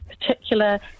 particular